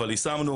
אבל יישמנו.